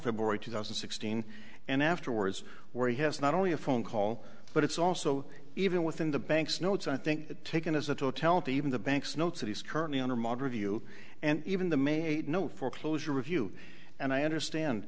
february two thousand and sixteen and afterwards where he has not only a phone call but it's also even within the banks notes i think taken as a totality even the banks notes that he's currently under moderate view and even the made no foreclosure review and i understand